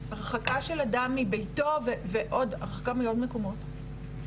הרחקה של אדם מביתו והרחקה מעוד מקומת,